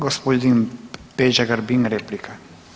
Gospodin Peđa Grbin replika.